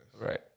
Right